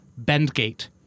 Bendgate